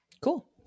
Cool